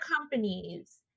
companies